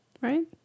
Right